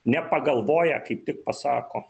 nepagalvoję kaip tik pasako